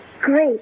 Great